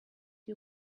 you